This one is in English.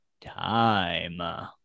time